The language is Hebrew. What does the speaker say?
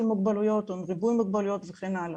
מוגבלויות או עם ריבוי מוגבלויות וכן הלאה.